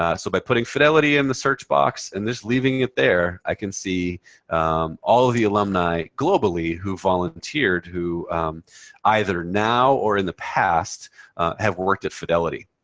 ah so by putting fidelity in the search box and just leaving it there, i can see all of the alumni globally who volunteered who either now or in the past have worked at fidelity.